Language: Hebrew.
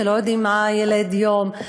שלא יודעים מה ילד יום.